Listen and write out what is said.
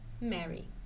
Mary